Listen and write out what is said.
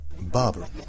Barbara